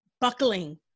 buckling